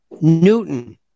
Newton